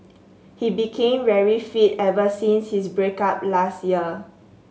he became very fit ever since his break up last year